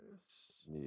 Yes